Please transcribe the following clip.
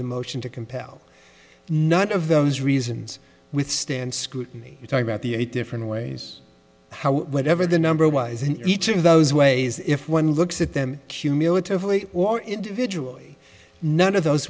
the motion to compel not of those reasons withstand scrutiny you talk about the eight different ways how whatever the number was in each of those ways if one looks at them cumulatively or individually none of those